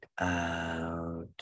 out